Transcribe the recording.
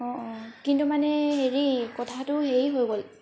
অঁ অঁ কিন্তু মানে হেৰি কথাটো হেৰি হৈ গ'ল